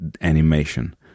animation